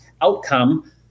outcome